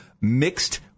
Mixed